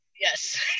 Yes